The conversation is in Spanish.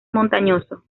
montañoso